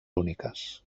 úniques